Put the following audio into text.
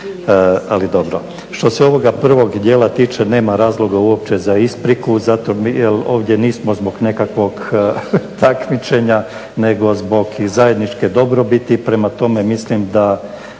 ali dobro. Što se ovog prvog dijela tiče nema razloga uopće za ispriku zato jer ovdje nismo zbog nekakvog takmičenja nego zbog zajedničke dobrobiti. Prema tome mislim da